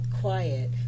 quiet